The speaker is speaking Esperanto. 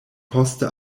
poste